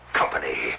company